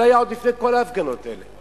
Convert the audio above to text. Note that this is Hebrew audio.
זה היה עוד לפני כל ההפגנות האלה.